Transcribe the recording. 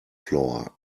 floor